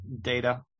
data